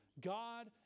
God